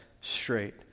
straight